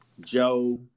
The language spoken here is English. Joe